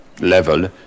level